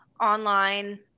online